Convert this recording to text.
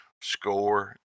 score